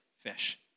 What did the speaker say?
fish